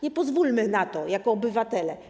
Nie pozwólmy na to jako obywatele.